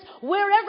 wherever